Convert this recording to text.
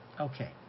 Okay